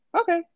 okay